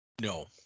No